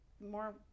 more